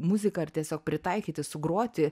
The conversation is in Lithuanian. muziką ar tiesiog pritaikyti sugroti